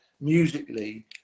musically